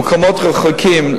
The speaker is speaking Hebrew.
במקומות רחוקים,